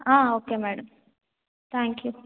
okay madam thank you